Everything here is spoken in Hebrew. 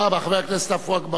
חבר הכנסת עפו אגבאריה.